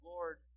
Lord